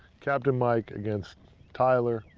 captain mike against tyler.